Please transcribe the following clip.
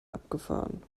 abgefahren